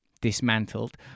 dismantled